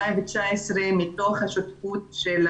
שתי התוכניות שאני אדבר עליהן שייכות לכל המאמצים